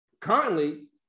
currently